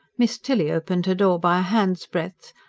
miss tilly opened her door by a hand's-breadth,